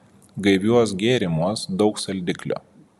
gaiviuos gėrimuos daug saldiklio